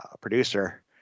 producer